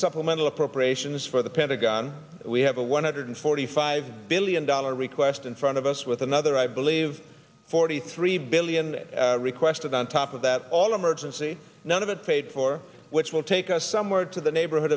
supplemental appropriations for the pentagon we have a one hundred forty five billion dollars request in front of us with another i believe forty three billion requested on top of that all emergency none of it paid for which will take us somewhere to the neighborhood